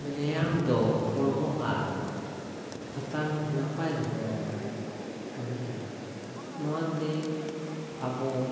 ᱵᱮᱭᱟᱢ ᱫᱚ ᱦᱚᱲᱢᱚ ᱟᱨ ᱦᱟᱛᱟᱝ ᱱᱟᱯᱟᱭ ᱫᱚᱦᱚᱭ ᱨᱮᱱᱟᱜ ᱛᱟᱨᱤ ᱠᱟᱱᱟ ᱱᱚᱣᱟ ᱛᱮ ᱟᱵᱚ